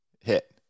hit